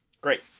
Great